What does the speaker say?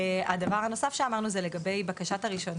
הדבר הנוסף שאמרנו, זה לגבי בקשת הרישיון.